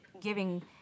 giving